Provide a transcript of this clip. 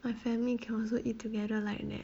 my family can also eat together like that